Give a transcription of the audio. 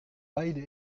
beide